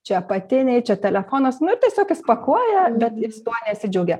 čia apatiniai čia telefonas nu ir tiesiog jis pakuoja bet jis tuo nesidžiaugia